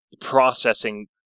processing